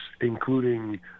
including